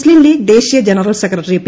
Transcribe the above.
മുസ്ലീം ലീഗ് ദേശീയ general secretary P